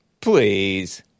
Please